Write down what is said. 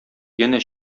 янә